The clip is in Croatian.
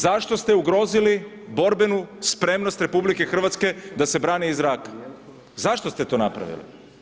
Zašto ste ugrozili borbenu spremnost RH da se brani iz zraka, zašto ste to napravili?